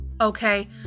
okay